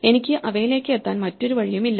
എനിക്ക് അവയിലേക്ക് എത്താൻ മറ്റൊരു വഴിയുമില്ല